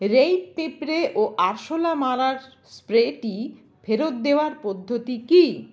Raid পিঁপড়ে ও আরশোলা মারার স্প্রেটি ফেরত দেওয়ার পদ্ধতি কী